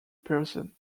person